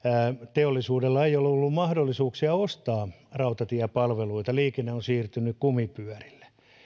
teollisuudella ei ole ollut mahdollisuuksia ostaa rautatiepalveluita liikenne on siirtynyt kumipyörille